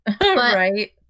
Right